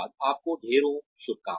आपको ढेरों शुभकामनाएं